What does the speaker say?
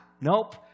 Nope